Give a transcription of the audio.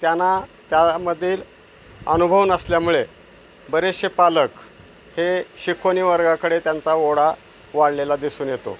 त्यांना त्यामधील अनुभव नसल्यामुळे बरेचसे पालक हे शिकवणी वर्गाकडे त्यांचा ओढा वाढलेला दिसून येतो